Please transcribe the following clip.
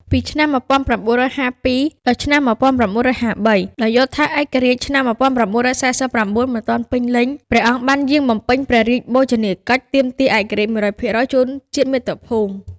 ពីឆ្នាំ១៩៥២ ដល់ឆ្នាំ១៩៥៣ ដោយយល់ថាឯករាជ្យឆ្នាំ១៩៤៩ មិនទាន់ពេញលេញ ព្រះអង្គបានយាងបំពេញព្រះរាជបូជនីយកិច្ចទាមទារឯករាជ្យ ១០០% ជូនជាតិមាតុភូមិ។